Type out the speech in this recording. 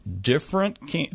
different